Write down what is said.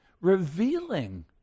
revealing